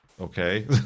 okay